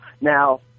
Now